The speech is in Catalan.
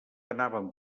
anaven